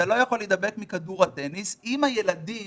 אם הילדים